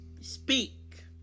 Speak